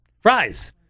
Fries